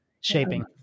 shaping